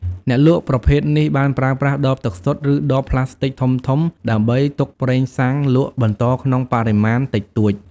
អ្នកលក់ប្រភេទនេះបានប្រើប្រាស់ដបទឹកសុទ្ធ ឬដបប្លាស្ទិកធំៗដើម្បីទុកប្រេងសាំងលក់បន្តក្នុងបរិមាណតិចតួច។